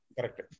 Correct